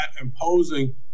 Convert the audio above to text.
imposing